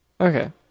Okay